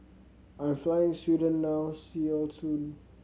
I am flying Sweden now see you soon